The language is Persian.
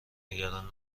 نگران